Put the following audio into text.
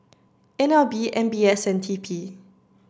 N L B M B S and T P